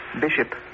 Bishop